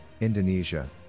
Indonesia